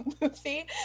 movie